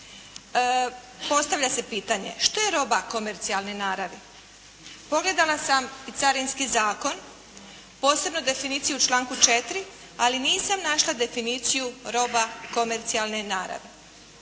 postavlja se pitanje što je roba komercijalne naravi. Pogledala sam i Carinski zakon posebno definiciju u članku 4. ali nisam našla definiciju roba komercijalne naravi.